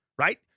right